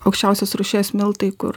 aukščiausios rūšies miltai kur